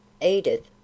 Edith